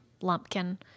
lumpkin